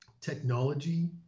technology